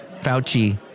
Fauci